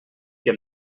que